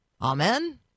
Amen